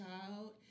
child